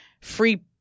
free